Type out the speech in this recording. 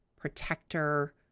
protector